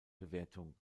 bewertung